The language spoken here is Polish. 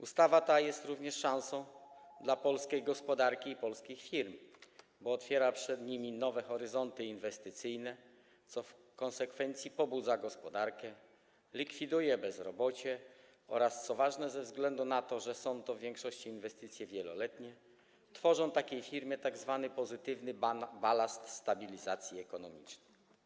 Ustawa ta jest również szansą dla polskiej gospodarki i polskich firm, bo otwiera przed nimi nowe horyzonty inwestycyjne, co w konsekwencji pobudza gospodarkę, likwiduje bezrobocie oraz, co ważne, ze względu na to, że są to w większości inwestycje wieloletnie, tworzą takiej firmie tzw. pozytywny balast stabilizacji ekonomicznej.